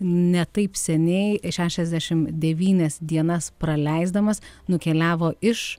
ne taip seniai šešiasdešimt devynias dienas praleisdamas nukeliavo iš